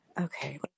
okay